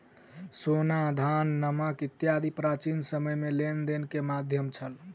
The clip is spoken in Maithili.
सोना, धान, नमक इत्यादि प्राचीन समय में लेन देन के माध्यम छल